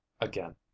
again